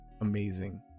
amazing